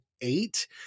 eight